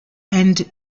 and